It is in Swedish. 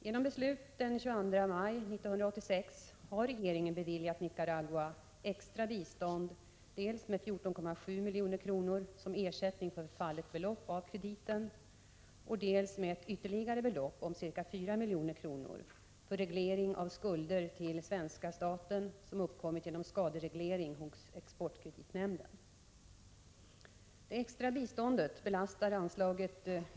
Genom beslut den 22 maj 1986 har regeringen beviljat Nicaragua extra bistånd dels med 14,7 milj.kr. som ersättning för förfallet belopp av krediten, dels med ett ytterligare belopp om ca 4 milj.kr. för reglering av skulder till svenska staten som uppkommit genom skadereglering hos exportkreditnämnden . Det extra biståndet belastar anslaget III C 2.